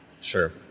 Sure